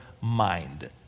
mind